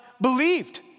believed